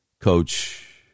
coach